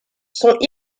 sont